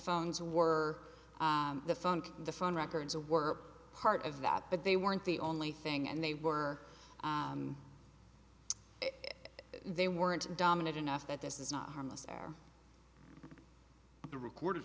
phones were the phone the phone records were part of that but they weren't the only thing and they were they weren't dominant enough that this is not harmless or the recorded